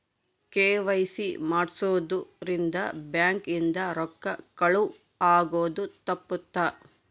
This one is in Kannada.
ಕೆ.ವೈ.ಸಿ ಮಾಡ್ಸೊದ್ ರಿಂದ ಬ್ಯಾಂಕ್ ಇಂದ ರೊಕ್ಕ ಕಳುವ್ ಆಗೋದು ತಪ್ಪುತ್ತ